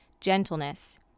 gentleness